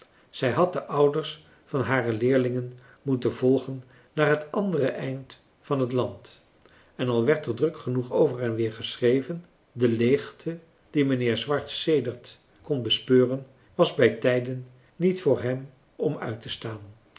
zij had de ouders van hare leerlingen moeten volgen naar het ander eind van het land en al werd er druk genoeg over en weer geschreven de leegte die mijnheer swart sedert kon bespeuren was bij tijden niet voor hem om uit te staan